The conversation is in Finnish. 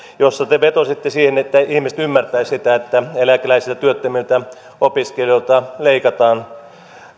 jossa te vetositte että ihmiset ymmärtäisivät sitä että eläkeläisiltä työttömiltä opiskelijoilta leikataan